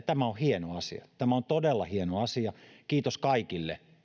tämä on hieno asia tämä on todella hieno asia kiitos kaikille